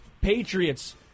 Patriots